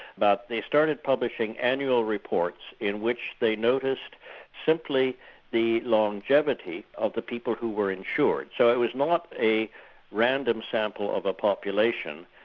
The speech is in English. they started publishing annual reports, in which they noticed simply the longevity of the people who were insured. so it was not a random sample of a population,